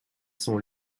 sont